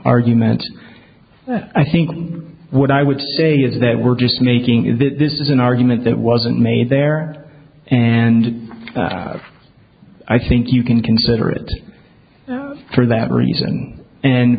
argument i think what i would say is that we're just making is that this is an argument that wasn't made there and i think you can consider it for that reason and